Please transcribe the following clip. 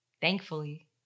Thankfully